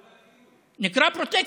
זה נקרא פרוטקציות,